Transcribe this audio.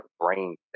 brain